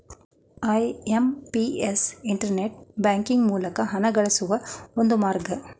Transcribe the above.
IMPS internet banking ಮೂಲಕ ಹಣಗಳಿಸುವ ಒಂದು ಮಾರ್ಗ